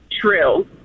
True